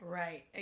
right